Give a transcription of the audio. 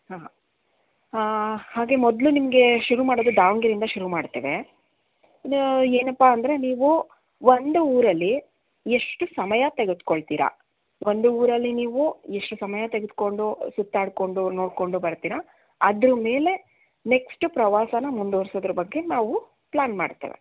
ಹಾಂ ಹಾಗೆ ಮೊದಲು ನಿಮಗೆ ಶುರು ಮಾಡೋದು ದಾವಣಗೆರೆಯಿಂದ ಶುರು ಮಾಡ್ತೇವೆ ಇದು ಏನಪ್ಪ ಅಂದರೆ ನೀವು ಒಂದು ಊರಲ್ಲಿ ಎಷ್ಟು ಸಮಯ ತೆಗದ್ಕೊಳ್ತೀರಾ ಒಂದು ಊರಲ್ಲಿ ನೀವು ಎಷ್ಟು ಸಮಯ ತೆಗೆದುಕೊಂಡು ಸುತ್ತಾಡಿಕೊಂಡು ನೋಡಿಕೊಂಡು ಬರ್ತೀರ ಅದರ ಮೇಲೆ ನೆಕ್ಸ್ಟ್ ಪ್ರವಾಸನ ಮುಂದುವರ್ಸೋದರ ಬಗ್ಗೆ ನಾವು ಪ್ಲಾನ್ ಮಾಡ್ತೇವೆ